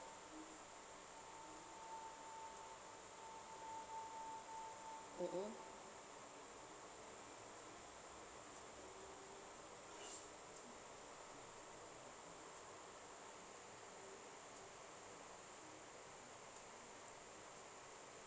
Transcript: mmhmm